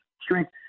strength